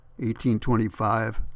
1825